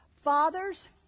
Fathers